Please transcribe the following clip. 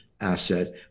asset